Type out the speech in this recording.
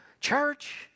Church